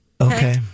okay